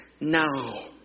now